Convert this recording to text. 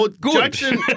good